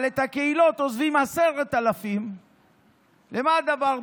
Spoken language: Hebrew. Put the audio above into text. אבל את הקהילות עוזבים 10,000. למה הדבר דומה?